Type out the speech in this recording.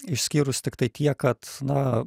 išskyrus tiktai tiek kad na